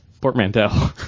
Portmanteau